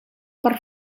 per